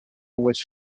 was